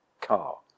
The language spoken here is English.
car